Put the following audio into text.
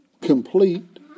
complete